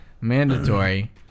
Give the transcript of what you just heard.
Mandatory